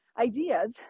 ideas